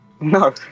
No